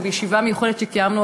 ובישיבה מיוחדת שקיימנו,